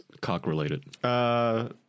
cock-related